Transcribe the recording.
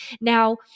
Now